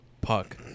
puck